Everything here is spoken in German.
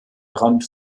rand